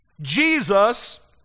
Jesus